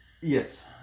Yes